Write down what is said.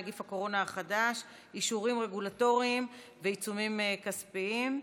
נגיף הקורונה החדש) (אישורים רגולטוריים ועיצומים כספיים),